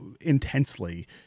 intensely